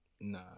Nah